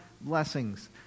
blessings